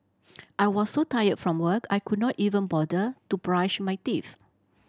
I was so tired from work I could not even bother to brush my teeth